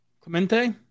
Clemente